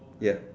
ya